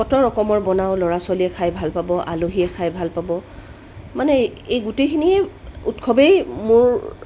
কত ৰকমৰ বনাওঁ ল'ৰা ছোৱালীয়ে খাই ভাল পাব আলহীয়ে খাই ভাল পাব মানে এই গোটেইখিনি উৎসৱেই মোৰ